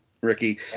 Ricky